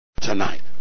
tonight